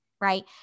right